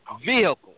vehicle